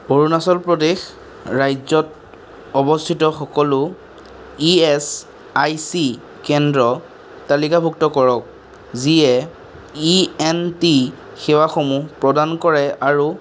অৰুণাচল প্ৰদেশ ৰাজ্যত অৱস্থিত সকলো ই এচ আই চি কেন্দ্ৰ তালিকাভুক্ত কৰক যিয়ে ই এন টি সেৱাসমূহ প্ৰদান কৰে আৰু